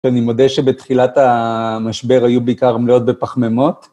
ואני מודה שבתחילת המשבר היו בעיקר מלאות בפחממות.